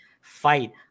fight